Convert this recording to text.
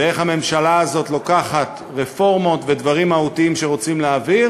ואיך הממשלה הזאת לוקחת רפורמות ודברים מהותיים שרוצים להעביר